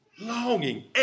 Longing